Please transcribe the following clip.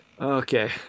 Okay